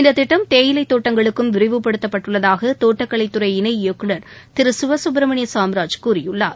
இந்த திட்டம் தேயிலைத் தோட்டங்களுக்கும் விரிவுபடுத்தப் பட்டுள்ளதாக தோட்டக்கலைத் துறை இணை இயக்குநர் திரு சிவ சுப்ரமணிய சாம்ராஜ் கூறியுள்ளார்